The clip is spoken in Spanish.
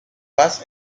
paz